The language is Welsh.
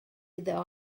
iddo